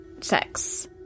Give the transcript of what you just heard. sex